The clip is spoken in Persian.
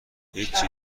هیچی